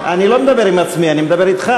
גם הצעירים עוזבים, לא רק מסתננים.